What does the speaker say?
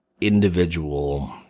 individual